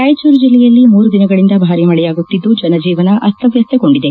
ರಾಯಚೂರು ಜಿಲ್ಲೆಯಲ್ಲಿ ಮೂರು ದಿನಗಳಿಂದ ಭಾರೀ ಮಳೆಯಾಗುತ್ತಿದ್ದು ಜನಜೀವನ ಅಸ್ತವ್ಯವಸ್ತಗೊಂಡಿದೆ